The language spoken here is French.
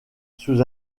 sous